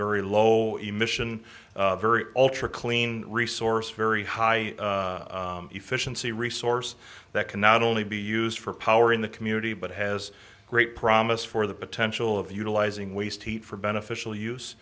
very low emission very ultra clean resource very high efficiency resource that can not only be used for power in the community but has great promise for the potential of utilizing waste heat for beneficial use